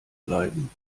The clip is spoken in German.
bleiben